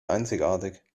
einzigartig